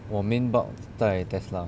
我 main bulk 在 Tesla